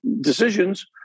decisions